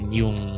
yung